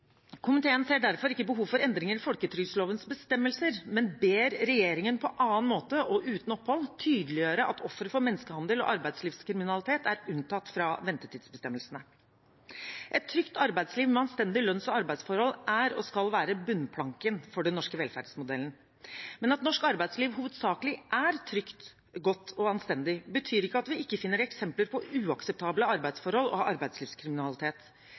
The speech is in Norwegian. Komiteen ser derfor ikke behov for endringer i folketrygdlovens bestemmelser, men ber regjeringen på annen måte, og uten opphold, tydeliggjøre at ofre for menneskehandel og arbeidslivskriminalitet er unntatt fra ventetidsbestemmelsene. Et trygt arbeidsliv med anstendig lønns- og arbeidsforhold er og skal være bunnplanken for den norske velferdsmodellen. Men at norsk arbeidsliv hovedsakelig er trygt, godt og anstendig, betyr ikke at vi ikke finner eksempler på uakseptable arbeidsforhold og har arbeidslivskriminalitet.